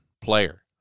player